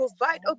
provide